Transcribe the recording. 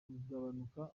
kugabanuka